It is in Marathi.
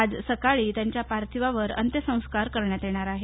आज सकाळी त्यांच्या पार्थिवावर अंत्यसंस्कार करण्यात येणार आहेत